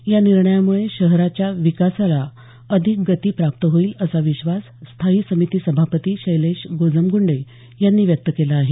या निर्णयामुळे शहराच्या विकासाला अधिक गती प्राप्त होईल असा विश्वास स्थायी समिती सभापती शैलेश गोजमगुंडे यांनी व्यक्त केला आहे